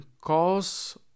cause